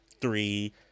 three